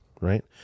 right